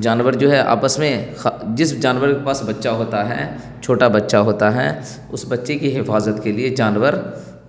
جانور جو ہے آپس میں جس جانور کے پاس بچہ ہوتا ہیں چھوٹا بچہ ہوتا ہیں اس بچے کی حفاظت کے لیے جانور